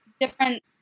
different